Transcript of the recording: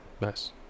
Nice